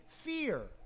fear